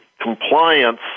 compliance